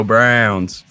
Browns